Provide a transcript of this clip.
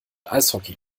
eishockey